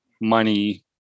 money